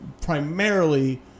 primarily